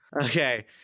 okay